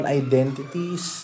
identities